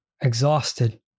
exhausted